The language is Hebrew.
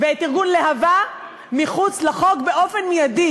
ואת ארגון להב"ה מחוץ לחוק מייד.